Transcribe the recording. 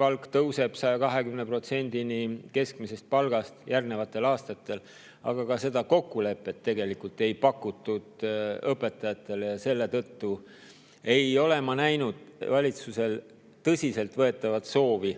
palk tõuseb 120%-ni keskmisest palgast järgnevatel aastatel. Aga ka seda kokkulepet tegelikult ei pakutud õpetajatele ja selle tõttu ei ole ma näinud valitsusel tõsiselt võetavat soovi